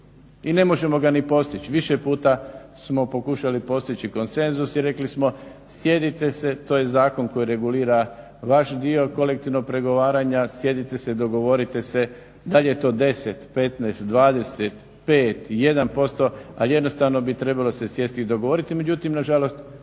i ne možemo ga ni postići. Više puta smo pokušali postići konsenzus i rekli smo sjetite se, to je zakon koji regulira vaš dio kolektivnog pregovaranja, sjedite se, dogovorite se da li je to 10, 15, 20, 5, 1% ali jednostavno bi trebalo se sjesti i dogovoriti. Međutim, na žalost